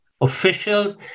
official